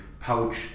pouch